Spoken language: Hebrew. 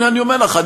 הנה אני אומר לך,